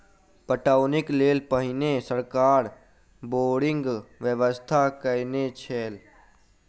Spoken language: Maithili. पटौनीक लेल पहिने सरकार बोरिंगक व्यवस्था कयने छलै